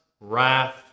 wrath